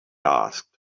asked